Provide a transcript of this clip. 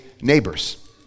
neighbors